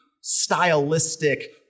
stylistic